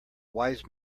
wise